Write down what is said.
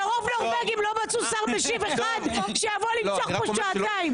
מרוב נורווגים לא מצאו שר משיב אחד שיבוא למשוך פה שעתיים.